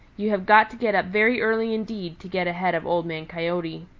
you have got to get up very early indeed to get ahead of old man coyote.